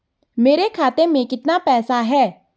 मेरे खाते में कितना पैसा है?